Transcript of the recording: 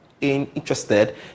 interested